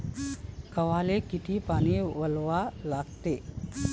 गव्हाले किती पानी वलवा लागते?